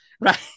Right